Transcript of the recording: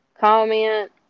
comment